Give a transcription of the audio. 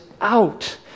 out